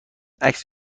عکس